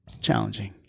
Challenging